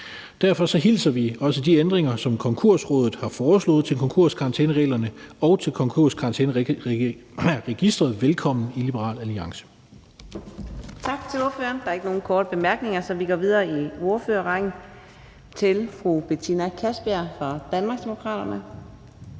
Derfor hilser vi også de ændringer, som Konkursrådet har foreslået, til konkurskarantænereglerne og til konkurskarantæneregisteret, velkommen i Liberal Alliance. Kl. 14:59 Fjerde næstformand (Karina Adsbøl): Tak til ordføreren. Der er ikke nogen korte bemærkninger. Vi går videre i ordførerrækken til fru Betina Kastbjerg fra Danmarksdemokraterne.